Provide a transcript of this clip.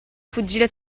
fuggire